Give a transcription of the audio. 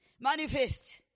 Manifest